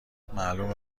معلومه